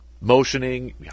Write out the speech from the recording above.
motioning